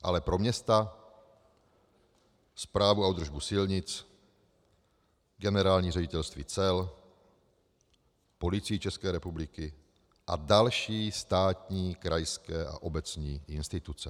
Ale pro města, správu a údržbu silnic, Generální ředitelství cel, Policii České republiky a další státní krajské a obecní instituce.